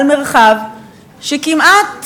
על מרחב שכמעט,